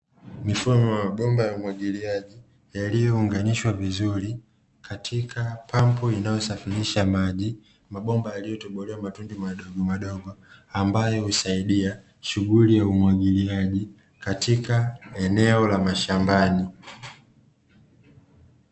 Mifumo wa mabomba ya umwagiliaji yaliyounganishwa vizuri katika pampu inayosafirisha maji, mabomba ya yaliyotobolewa matundu madogomadogo ambayo husaidia shughuli ya umwagiliaji katika eneo la mashambani.